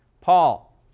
Paul